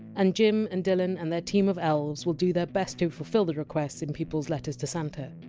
and jim and dylan and their team of elves will do their best to fulfil the requests in people! s letters to santa.